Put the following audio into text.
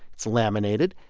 it's laminated.